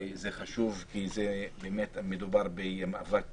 זה חשוב, כי באמת מדובר במאבק